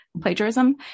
plagiarism